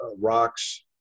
rocks